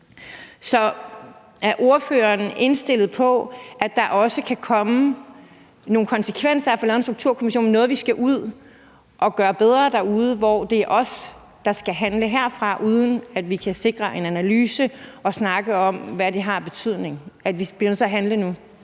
Så er ordføreren indstillet på, at der også kan komme nogle konsekvenser af få lavet en strukturkommission, dvs. noget, vi skal ud og gøre bedre derude, og hvor det er os, der skal handle herfra, uden at vi kan sikre en analyse og snakke om, hvad det har af betydning – altså at vi bliver nødt til